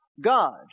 God